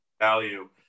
value